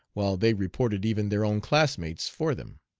while they reported even their own classmates for them.